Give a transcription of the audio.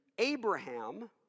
Abraham